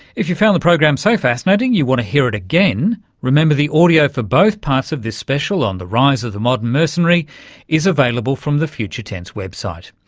if you found the program so fascinating you want to hear it again, remember the audio for both parts of this special on the rise of the modern mercenary is available from the future tense website.